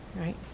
right